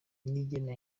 niyigena